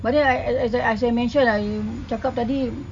but then I I as I mentioned ah cakap tadi